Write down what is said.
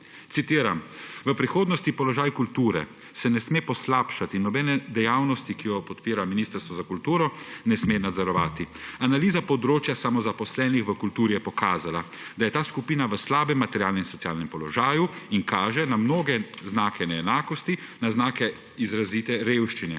Citiram: »V prihodnosti se položaj kulture ne sme poslabšati, nobena dejavnost, ki jo podpira Ministrstvo za kulturo, ne sme nazadovati. Analiza področja samozaposlenih v kulturi je pokazala, da je ta skupina v slabem materialnem in socialnem položaju, in kaže na mnoge znake neenakosti, na znake izrazite revščine.